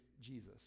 Jesus